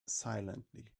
silently